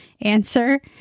answer